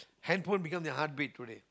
handphone become their heart beat today